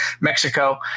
Mexico